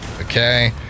Okay